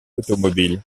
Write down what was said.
automobile